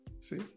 See